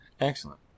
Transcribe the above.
Excellent